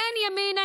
אין ימין,